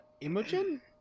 Imogen